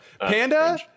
Panda